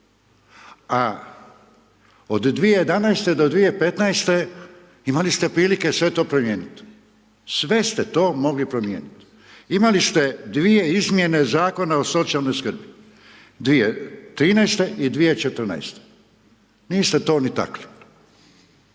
A od 2011. do 2015., imali ste prilike sve to promijenit, sve ste to mogli promijenit. Imali ste dvije izmjene Zakona o socijalnoj skrbi, 2013. i 2014., niste to ni takli.